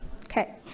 okay